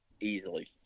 easily